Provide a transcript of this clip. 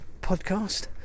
podcast